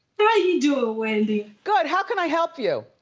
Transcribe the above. ah you doing wendy? good, how can i help you?